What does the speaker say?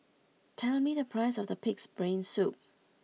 tell me the price of Pig'S Brain Soup